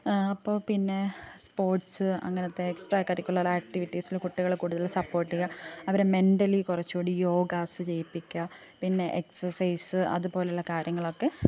അപ്പോൾ പിന്നെ സ്പോർട്സ് അങ്ങനത്തെ എക്സ്ട്രാ കരിക്കുലർ ആക്ടിവിറ്റീസിലും കുട്ടികളെ കൂടുതൽ സപ്പോർട്ട് ചെയ്യുക അവരെ മെൻറ്റലി കുറച്ചും കൂടി യോഗാസ് ചെയ്യിപ്പിക്കുക പിന്നെ എക്സർസൈസ് അതുപോലെയുള്ള കാര്യങ്ങളൊക്കെ